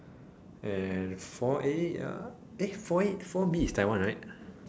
and four A uh eh four A four B is Taiwan right